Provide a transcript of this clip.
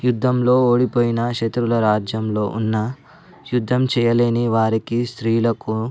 యుద్ధంలో ఓడిపోయిన శత్రుల రాజ్యంలో ఉన్న యుద్ధం చేయలేని వారికి స్త్రీలకు